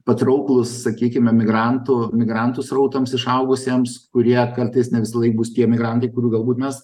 patrauklūs sakykime migrantų migrantų srautams išaugusiems kurie kartais ne visąlaik bus tie emigrantai kurių galbūt mes